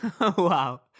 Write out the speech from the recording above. Wow